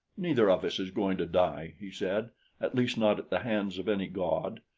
neither of us is going to die, he said at least not at the hands of any god.